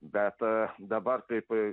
bet dabar taip